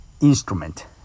instrument